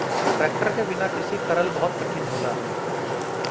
tractor क बिना कृषि करल बहुत कठिन होला